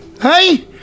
Hey